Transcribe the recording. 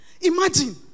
Imagine